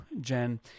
Jen